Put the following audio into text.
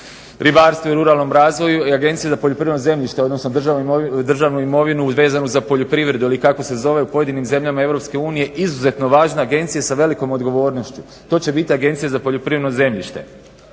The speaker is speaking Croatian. ribarstvu i ruralnom razvoju i Agencija za poljoprivredno zemljište odnosno državnu imovinu vezanu za poljoprivredu ili kako se zove u pojedinim zemljama EU izuzetno važna Agencija sa velikom odgovornošću. To će biti Agencija za poljoprivredno zemljište